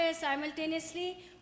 simultaneously